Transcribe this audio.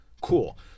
cool